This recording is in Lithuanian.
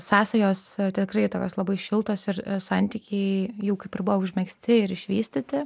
sąsajos tikrai tokios labai šiltos ir santykiai jau kaip ir buvo užmegzti ir išvystyti